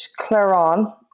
Claron